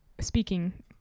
speaking